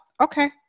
Okay